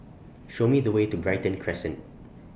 Show Me The Way to Brighton Crescent